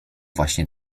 właśnie